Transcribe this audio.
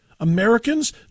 Americans